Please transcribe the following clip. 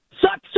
suck